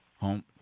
Home